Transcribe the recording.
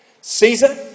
Caesar